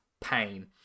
Pain